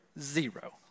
Zero